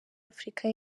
afurika